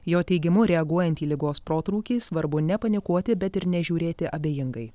jo teigimu reaguojant į ligos protrūkį svarbu nepanikuoti bet ir nežiūrėti abejingai